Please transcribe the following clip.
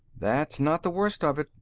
that's not the worst of it,